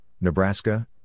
Nebraska